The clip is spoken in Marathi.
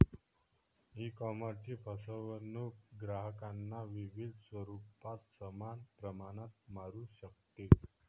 ईकॉमर्सची फसवणूक ग्राहकांना विविध स्वरूपात समान प्रमाणात मारू शकते